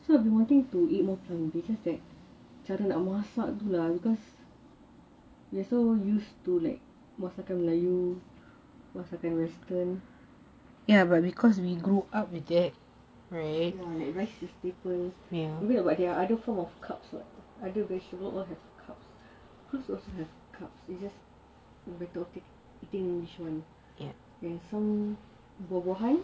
so I've been wanting to eat more plant based just that cara nak masak pula because we are so used to like masakan melayu masakan wastern yes rice is a staple but there are other form of carbs [what] other vegetable have all have carbs fruits also have carbs is just a matter of taking which one and some buah-buahan